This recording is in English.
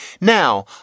Now